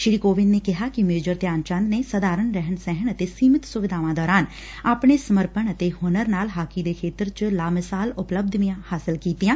ਸ੍ਰੀ ਕੋਵਿੰਦ ਨੇ ਕਿਹਾ ਕਿ ਮੇਜਰ ਧਿਆਨਚੰਦ ਨੇ ਸਧਾਰਣ ਰਹਿਣ ਸਹਿਣ ਅਤੇ ਸੀਮਿਤ ਸੁਵਿਧਾਵਾਂ ਦੌਰਾਨ ਆਪਣੇ ਸਮਰਪਣ ਅਤੇ ਹੁਨਰ ਨਾਲ ਹਾਕੀ ਦੇ ਖੇਤਰ ਚ ਲਾਮਿਸਾਲ ਉਪਲਬੱਧੀਆਂ ਹਾਸਲ ਕੀਤੀਆਂ